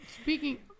Speaking